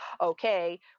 okay